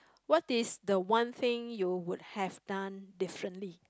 what is the one thing you would have done differently